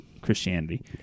Christianity